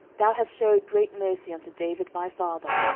thou hast shewed great mercy unto david my father,